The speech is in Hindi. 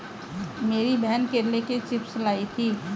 मेरी बहन केले के चिप्स लाई थी